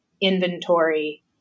inventory